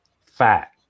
fat